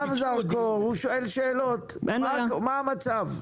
הוא שם זרקור ושואל שאלות על המצב.